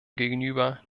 gegenüber